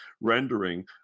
rendering